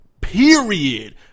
Period